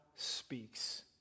speaks